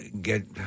get